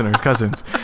cousins